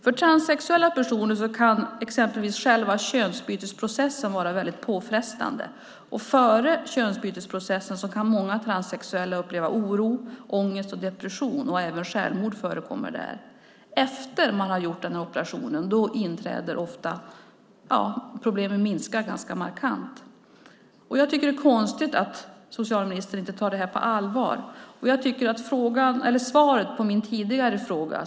För transsexuella personer kan själva könsbytesprocessen vara påfrestande. Före könsbytesprocessen kan många transsexuella uppleva oro, ångest och depression. Även självmord förekommer. Efter att de har gjort operationen minskar problemen markant. Jag tycker att det är konstigt att socialministern inte tar det här på allvar. Socialministern hänvisade till ett svar på min tidigare fråga.